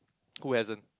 who hasn't